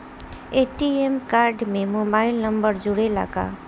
ATM card में mobile number जुरेला का?